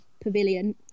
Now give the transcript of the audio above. Pavilion